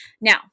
Now